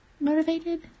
motivated